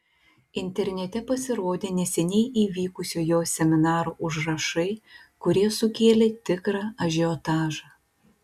internete pasirodė neseniai įvykusio jo seminaro užrašai kurie sukėlė tikrą ažiotažą